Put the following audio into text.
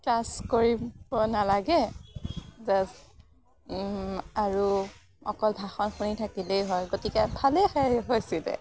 class কৰিব নালাগে just আৰু অকল ভাষণ শুনি থাকিলেই হয় গতিকে ভালেই সেই হৈছিলে